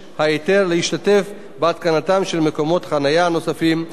להשתתף בהתקנתם של מקומות החנייה הנוספים בחניון